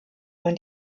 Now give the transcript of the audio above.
man